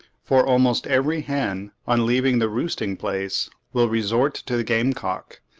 for almost every hen on leaving the roosting-place will resort to the game-cock,